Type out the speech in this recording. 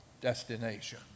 destination